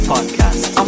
Podcast